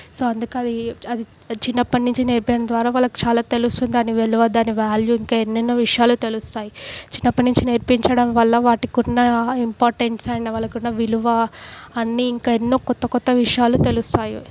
so అందుకు అది అది చిన్నప్పటి నుంచి నేర్పించడం ద్వారా వాళ్ళకి చాలా తెలుస్తుంది దాని విలువ దాని వ్యాల్యూ ఇంకా ఎన్నెన్నో విషయాలు తెలుస్తాయి చిన్నప్పటి నుంచి నేర్పించడం వల్ల వాటికున్న ఇంపార్టెన్స్ అండ్ వాళ్ళకున్న విలువ అన్నీ ఇంకా ఎన్నో క్రొత్త క్రొత్త విషయాలు తెలుస్తాయి